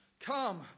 come